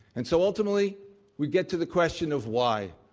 and so ultimately we get to the question of, why?